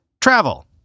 travel